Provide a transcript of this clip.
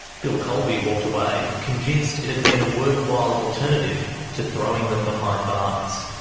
bill coleby walked away convinced it had been a worthwhile alternative to throwing them behind bars.